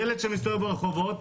ילד שמסתובב ברחובות,